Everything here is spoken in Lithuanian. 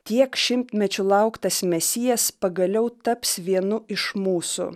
tiek šimtmečių lauktas mesijas pagaliau taps vienu iš mūsų